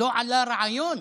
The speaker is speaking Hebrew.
לא עלה רעיון